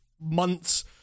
months